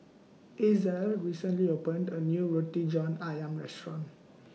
Ezell recently opened A New Roti John Ayam Restaurant